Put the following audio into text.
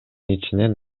ичинен